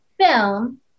film